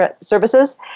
services